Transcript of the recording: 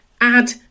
add